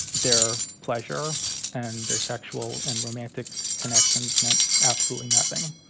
their pleasure and their sexual and romantic connections meant absolutely nothing.